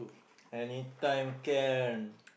anytime can